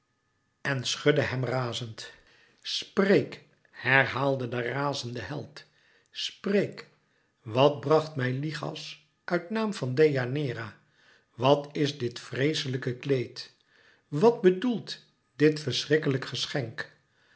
en schudde hem razend spreek herhaalde de razende held spreek wàt bracht mij lichas uit naam van deianeira wàt is dit vreeslijke kleed wat bedoelt dit verschrikkelijk geschenk